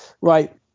Right